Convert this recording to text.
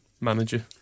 manager